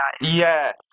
yes